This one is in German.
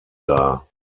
dar